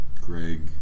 Greg